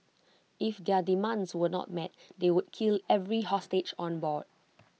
if their demands were not met they would kill every hostage on board